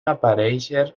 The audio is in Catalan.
aparèixer